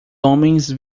homens